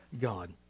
God